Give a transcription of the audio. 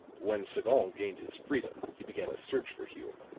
when sagon gained his freedom he began a search for hume,